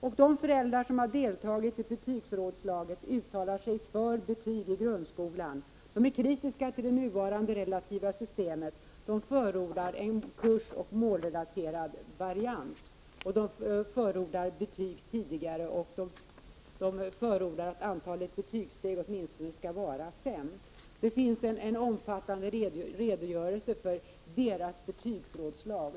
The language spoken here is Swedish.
Och de föräldrar som har deltagit i betygsrådslaget uttalar sig för betyg i grundskolan. De är kritiska till det nuvarande relativa betygssystemet och förordar en kursoch målrelaterad variant, de förordar betyg tidigare och de förordar att antalet betygssteg skall vara åtminstone fem. Det finns en omfattande redogörelse för deras betygsrådslag.